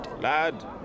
Lad